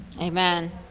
Amen